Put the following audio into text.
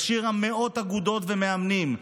הכשירה מאות אגודות ומאמנים,